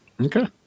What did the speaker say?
Okay